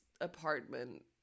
apartment